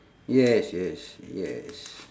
yes yes yes